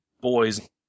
boys